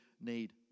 need